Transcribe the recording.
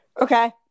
Okay